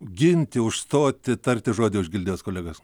ginti užstoti tarti žodį už gildijos kolegas